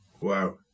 Wow